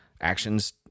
Actions